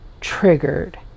triggered